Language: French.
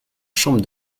chambre